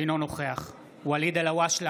אינו נוכח ואליד אלהואשלה,